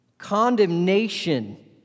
condemnation